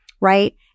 right